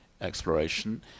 exploration